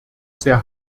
sehr